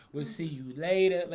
we'll see you later.